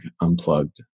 unplugged